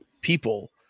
people